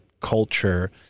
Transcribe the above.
culture